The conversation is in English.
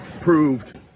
proved